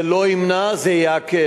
זה לא ימנע, זה יעכב.